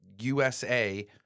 USA